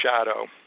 shadow